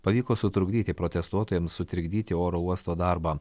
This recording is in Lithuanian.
pavyko sutrukdyti protestuotojams sutrikdyti oro uosto darbą